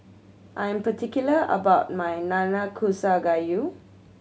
I'm particular about my Nanakusa Gayu